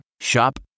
Shop